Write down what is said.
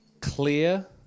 clear